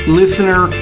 listener